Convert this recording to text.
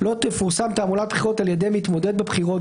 לא תפורסם תעמולת בחירות על ידי מתמודד בבחירות,